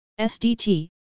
SDT